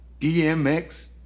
DMX